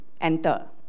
enter